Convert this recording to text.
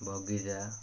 ବଗିଚା